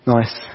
Nice